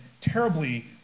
terribly